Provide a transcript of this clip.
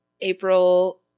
April